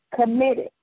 committed